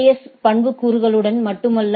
S பண்புக்கூறுகளுடன் மட்டுமல்ல